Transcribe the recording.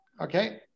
Okay